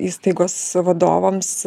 įstaigos vadovams